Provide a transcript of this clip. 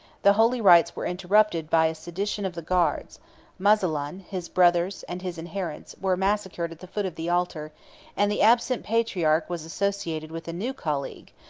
the holy rites were interrupted by a sedition of the guards muzalon, his brothers, and his adherents, were massacred at the foot of the altar and the absent patriarch was associated with a new colleague,